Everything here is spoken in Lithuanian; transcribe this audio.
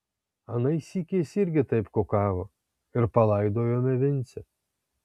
anais sykiais irgi taip kukavo ir palaidojome vincę